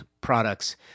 products